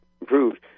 improved